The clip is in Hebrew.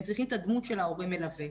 הם צריכים את הדמות של ההורה מלווה,